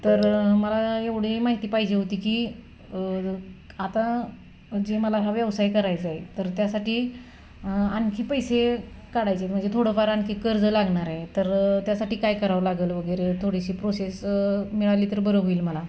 तर मला एवढी माहिती पाहिजे होती की आता जे मला हा व्यवसाय करायचा आहे तर त्यासाठी आणखी पैसे काढायचे म्हणजे थोडंफार आणखी कर्ज लागणार आहे तर त्यासाठी काय करावं लागंल वगैरे थोडीशी प्रोसेस मिळाली तर बरं होईल मला